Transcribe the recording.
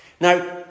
Now